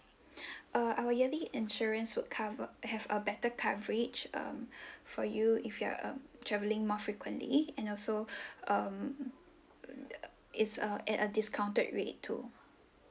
err our yearly insurance would cover have a better coverage um for you if you are um travelling more frequently and also um uh the it's uh at a discounted rate too